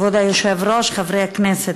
כבוד היושב-ראש, חברי הכנסת,